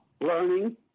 learning